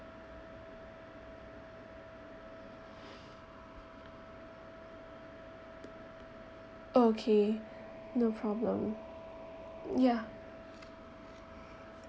okay no problem ya